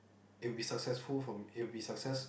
it'll be successful from it'll be success